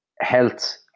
health